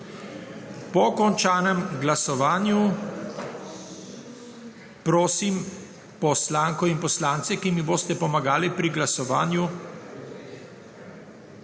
Po končanem glasovanju prosim poslanko in poslance, ki mi boste pomagali pri glasovanju,